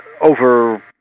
over